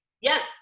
Yes